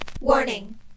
Warning